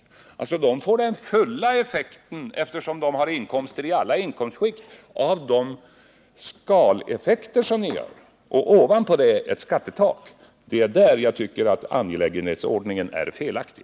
Denna grupp drabbas av den fulla skaleffekten, eftersom den har inkomster i alla inkomstskikt, och ovanpå detta ett skattetak. Där tycker jag att angelägenhetsordningen är felaktig.